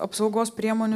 apsaugos priemonių